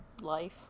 Life